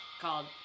called